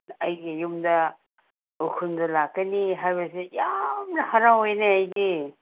ꯑꯩꯒꯤ ꯌꯨꯝꯗ ꯎꯈ꯭ꯔꯨꯜꯗ ꯂꯥꯛꯀꯅꯤ ꯍꯥꯏꯕꯁꯦ ꯌꯥꯝꯅ ꯍꯔꯥꯎꯋꯦꯅꯦ ꯑꯩꯗꯤ